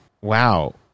Wow